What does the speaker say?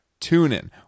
TuneIn